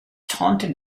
taunted